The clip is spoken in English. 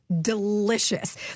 delicious